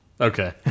Okay